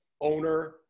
owner